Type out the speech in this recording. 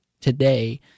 today –